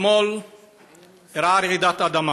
אתמול אירעה רעידת אדמה